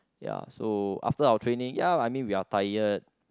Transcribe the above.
ya so after our training ya I mean we are tired